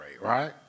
right